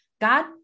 God